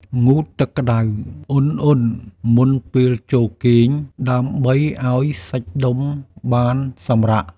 ងូតទឹកក្ដៅឧណ្ហៗមុនពេលចូលគេង ដើម្បីឱ្យសាច់ដុំបានសម្រាក។